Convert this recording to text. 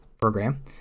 program